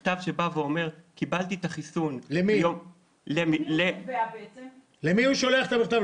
אלא מכתב שאומר: קיבלתי את החיסון ביום --- למי הוא שולח את המכתב?